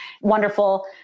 Wonderful